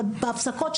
אבל בהפסקות,